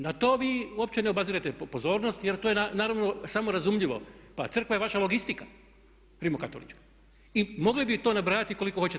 Na to vi uopće ne obazirete pozornost jer to je naravno samorazumljivo, pa crkva je vaša logistika rimokatolička i mogli bi to nabrajati koliko hoćete.